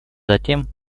затем